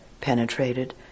penetrated